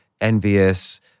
envious